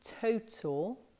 total